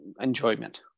enjoyment